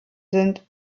sind